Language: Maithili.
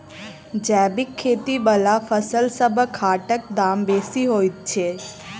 जैबिक खेती बला फसलसबक हाटक दाम बेसी होइत छी